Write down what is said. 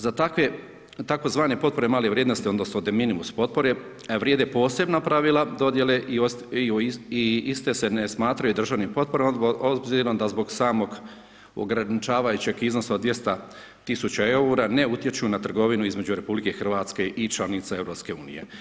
Za takve tzv. potpore male vrijednosti odnosno deminimus potpore vrijede posebna pravila dodijele i iste se ne smatraju državnim potporama obzirom da zbog samog ograničavajuće iznosa od 200.000 EUR-a ne utječu na trgovinu između RH i članica EU.